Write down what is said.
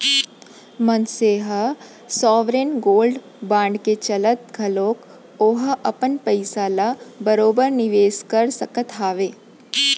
मनसे ह sovereign gold bond के चलत घलोक ओहा अपन पइसा ल बरोबर निवेस कर सकत हावय